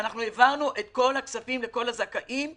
העברנו את כל הכספים לכל הזכאים בזמן,